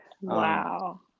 Wow